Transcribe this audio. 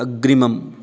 अग्रिमम्